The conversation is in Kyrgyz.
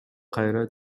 кайра